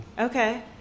okay